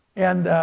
and